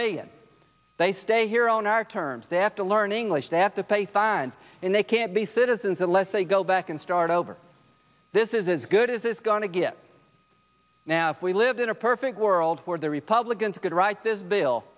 million they stay here on our terms they have to learn english they have to pay fines and they can't be citizens unless they go back and start over this is as good as it's going to get now if we lived in a perfect world where the republicans could write this bill